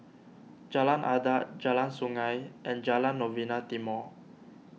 Jalan Adat Jalan Sungei and Jalan Novena Timor